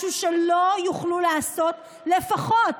משהו שלא יוכלו לעשות לפחות